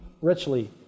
richly